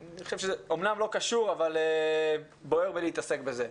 אמנם לא קשור אבל בוער בלהתעסק בזה.